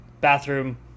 Bathroom